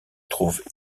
trouve